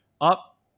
Up